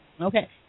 Okay